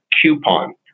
coupon